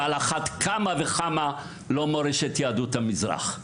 ועל אחת כמה וכמה לא של מורשת יהדות המזרח,